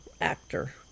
actor